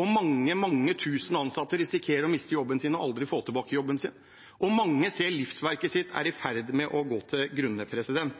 og mange, mange tusen ansatte risikerer å miste jobben sin og aldri få tilbake jobben sin, og mange ser at livsverket sitt er i ferd med å gå til grunne.